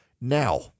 Now